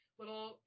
little